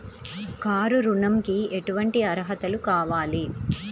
Car ఋణంకి ఎటువంటి అర్హతలు కావాలి?